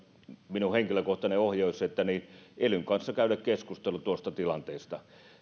minun henkilökohtainen ohjeeni olisi elyn kanssa käydä keskustelu tuosta tilanteesta